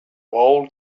old